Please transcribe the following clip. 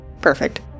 Perfect